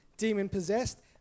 demon-possessed